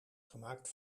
gemaakt